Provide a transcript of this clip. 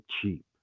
cheap